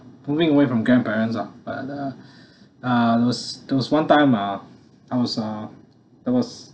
moving away from grandparents lah but uh uh there was there was one time uh I was uh I was